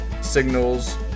signals